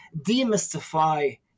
demystify